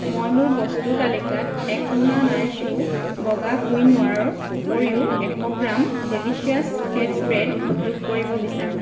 মই মোৰ বস্তুৰ তালিকাত এক মোনা নাৰিছ ইউ বগা কুইনোৱাৰৰ উপৰিও এশ গ্ৰাম ডেলিচিয়াছ ফেট স্প্ৰেড যোগ কৰিব বিচাৰোঁ